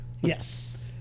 Yes